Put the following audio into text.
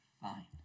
Fine